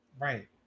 Right